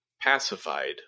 pacified